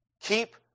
Keep